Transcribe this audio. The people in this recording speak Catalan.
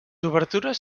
obertures